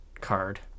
card